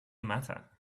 matter